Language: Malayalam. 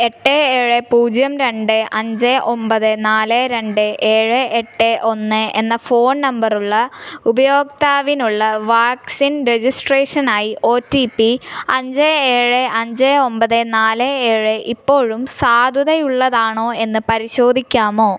എട്ട് ഏഴ് പൂജ്യം രണ്ട് അഞ്ച് ഒന്പത് നാല് രണ്ട് ഏഴ് എട്ട് ഒന്ന് എന്ന ഫോൺ നമ്പറുള്ള ഉപയോക്താവിനുള്ള വാക്സിൻ രജിസ്ട്രേഷനായി ഒ ടി പി അഞ്ച് ഏഴ് അഞ്ച് ഒന്പത് നാല് ഏഴ് ഇപ്പോഴും സാധുതയുള്ളതാണോ എന്ന് പരിശോധിക്കാമോ